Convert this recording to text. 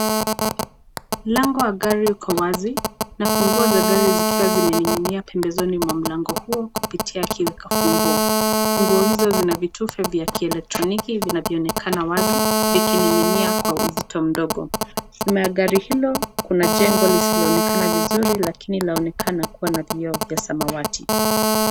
Mlango wa gari uko wazi na funguo za gari zikiwa zimening'inia pembezoni mwa mlango huo kupitia kiwekafunguo. Nguo hizo zina vitufe vya kielektroniki vinavyoonekana wazi, vikinning'inia kwa uzito mdogo. Nyuma ya gari hilo kuna jengo lisiloonekana vizuri lakini laonekana kuwa na vioo vya samawati.